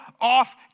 off